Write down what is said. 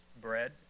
bread